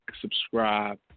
subscribe